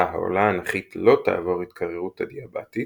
העולה אנכית לא תעבור התקררות אדיאבטית,